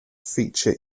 feature